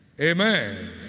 Amen